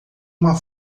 uma